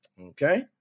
Okay